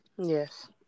Yes